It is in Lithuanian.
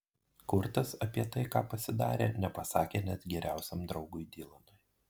kurtas apie tai ką pasidarė nepasakė net geriausiam draugui dylanui